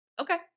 okay